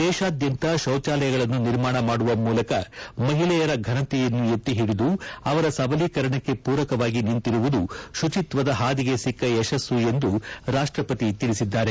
ದೇಶಾದ್ಯಂತ ಶೌಚಾಲಯಗಳನ್ನು ನಿರ್ಮಾಣ ಮಾಡುವ ಮೂಲಕ ಮಹಿಳೆಯರ ಫನತೆಯನ್ನು ಎತ್ತಿ ಹಿಡಿದು ಅವರ ಸಬಲೀಕರಣಕ್ಕೆ ಪೂರಕವಾಗಿ ನಿಂತಿರುವುದು ಶುಚಿತ್ವದ ಹಾದಿಗೆ ಸಿಕ್ಕ ಯಶಸು ಎಂದು ಅವರು ತಿಳಿಸಿದ್ದಾರೆ